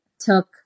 took